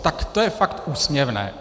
Tak to je fakt úsměvné.